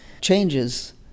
changes